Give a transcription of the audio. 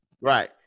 Right